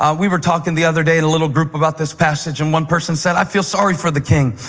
ah we were talking the other day in a little group about this passage, and one person said, i feel sorry for the king.